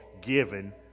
given